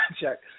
Check